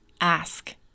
ask